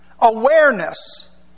awareness